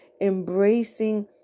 embracing